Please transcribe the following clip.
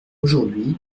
aujourd’hui